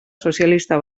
sozialista